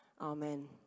Amen